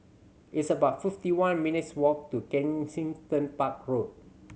it's about fifty one minutes' walk to Kensington Park Road